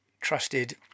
trusted